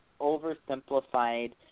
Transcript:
oversimplified